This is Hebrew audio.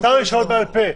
שמותר לשאול בעל-פה.